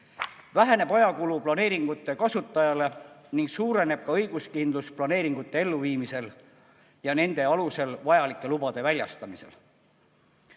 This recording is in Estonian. Väheneb planeeringute kasutajate ajakulu ning suureneb õiguskindlus planeeringute elluviimisel ja nende alusel vajalike lubade väljastamisel.